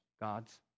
God's